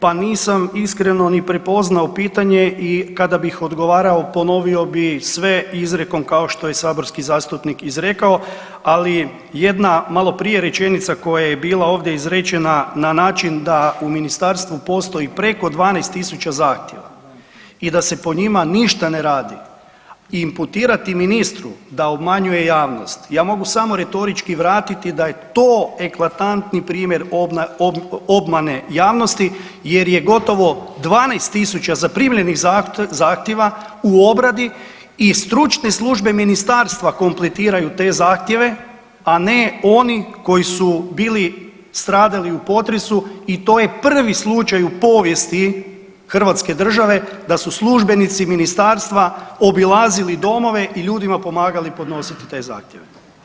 Pa nisam iskreno ni prepoznao pitanje i kada bih odgovarao ponovio bi sve izrijekom kao što je i saborski zastupnik izrekao, ali jedna malo prije rečenica koja je bila ovdje izrečena na način da u ministarstvu postoji preko 12.000 zahtjeva i da se po njima ništa ne radi i imputirati ministru da obmanjuje javnost, ja mogu samo retorički vratiti da je to eklatantni primjer obmane javnosti jer je gotovo 12.000 zaprimljenih zahtjeva u obradi i stručne službe ministarstva kompletiraju te zahtjeve, a ne oni koji su bili stradali u potresu i to je prvi slučaj u povijesti hrvatske države da su službenici ministarstva obilazili domove i ljudima pomagali podnositi te zahtjeve.